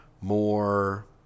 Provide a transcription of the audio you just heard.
more